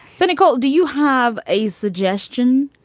cynical. do you have a suggestion?